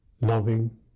loving